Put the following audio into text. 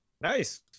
Nice